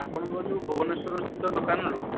ଆପଣଙ୍କର ଯେଉଁ ଭୁବନେଶ୍ୱର ସ୍ଥିତ ଦୋକାନରୁ